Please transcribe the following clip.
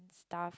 stuff